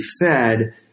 fed